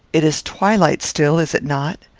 it is twilight still is it not?